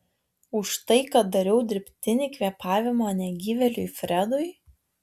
už tai kad dariau dirbtinį kvėpavimą negyvėliui fredui